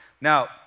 Now